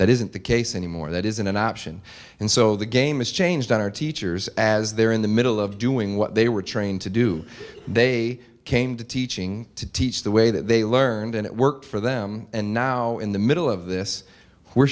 that isn't the case anymore that isn't an option and so the game is changed on our teachers as they're in the middle of doing what they were trained to do they came to teaching to teach the way that they learned and it worked for them and now in the middle of this we're